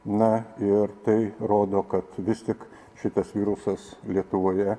na ir tai rodo kad vis tik šitas virusas lietuvoje